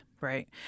right